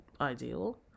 ideal